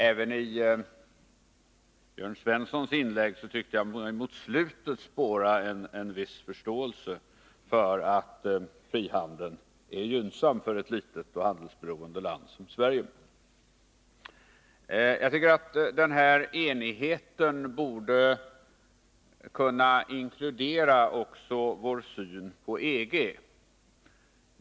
Även i Jörn Svenssons inlägg tyckte jag mig mot slutet kunna spåra en viss förståelse för att frihandeln är gynnsam för ett litet och handelsberoende land som Sverige. Jag tycker att den här enigheten också borde inkludera vår syn på EG.